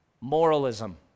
Moralism